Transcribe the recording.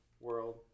world